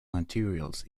materials